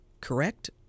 correct